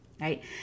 right